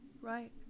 right